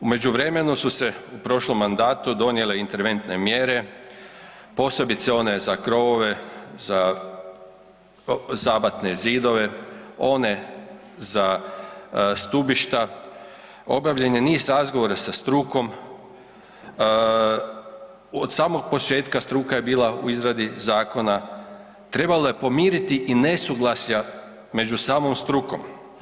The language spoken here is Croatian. U međuvremenu su se u prošlom mandatu donijele interventne mjere posebice one za krovove, za zabatne zidove, one za stubišta, obavljen je niz razgovora sa strukom, od samog početka struka je bila u izradi zakona, trebalo je pomiriti i nesuglasja među samom strukom.